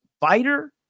fighter